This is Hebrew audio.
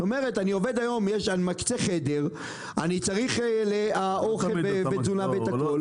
אני מקצה חדר, אני צריך אוכל וכולי.